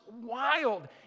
wild